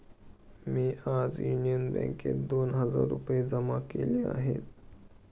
मी आज युनियन बँकेत दोन हजार रुपये जमा केले आहेत